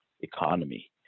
economy